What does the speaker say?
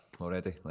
already